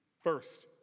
First